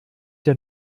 der